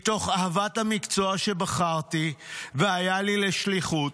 מתוך אהבת המקצוע שבחרתי והיה לי לשליחות,